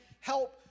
help